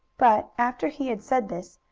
but, after he had said this,